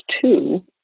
two